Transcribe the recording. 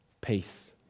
Peace